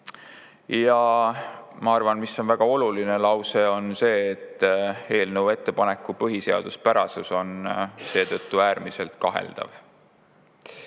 Ja ma arvan – see on väga oluline lause –, et eelnõu ettepaneku põhiseaduspärasus on seetõttu äärmiselt kaheldav.